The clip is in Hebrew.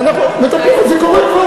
מתי זה יהיה?